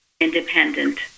Independent